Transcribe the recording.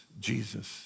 Jesus